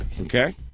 Okay